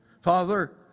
Father